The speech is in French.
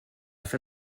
fin